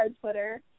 Twitter